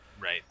right